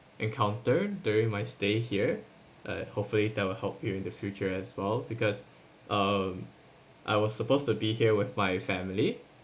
encountered during my stay here uh hopefully that will help you in the future as well because um I was supposed to be here with my family